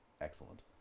excellent